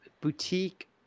boutique